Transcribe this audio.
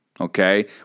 Okay